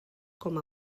com